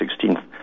16th